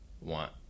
want